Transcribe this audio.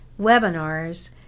webinars